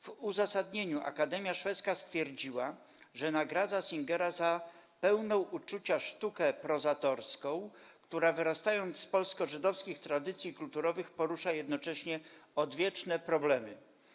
W uzasadnieniu Akademia Szwedzka stwierdziła, że nagradza Singera 'za pełną uczucia sztukę prozatorską, która wyrastając z polsko-żydowskich tradycji kulturowych porusza jednocześnie odwieczne problemy'